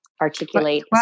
articulate